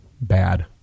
bad